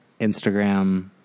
Instagram